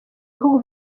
bihugu